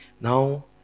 Now